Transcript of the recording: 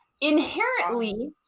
inherently